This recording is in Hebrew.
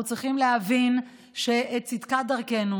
אנחנו צריכים להבין את צדקת דרכנו.